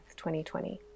2020